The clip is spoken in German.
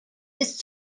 ist